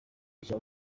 mushya